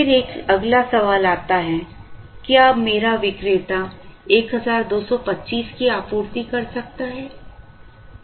फिर एक अगला सवाल आता है क्या अब मेरा विक्रेता 1225 की आपूर्ति कर सकता है